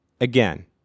again